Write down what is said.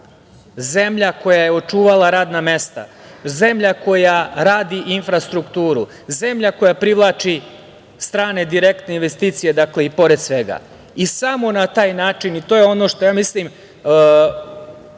zemlja koja je očuvala radna mesta, zemlja koja radi infrastrukturu, zemlja koja privlači strane direktne investicije, dakle, i pored svega. I samo na taj način, i to je ono što će